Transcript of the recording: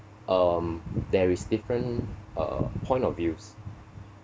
um there is different uh point of views